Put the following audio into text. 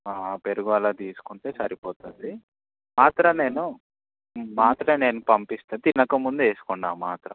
పెరుగు అలా తీసుకుంటే సరిపోతుంది మాత్ర నేను మాత్ర నేను పంపిస్తే తినకముందు వేసుకొండి ఆ మాత్ర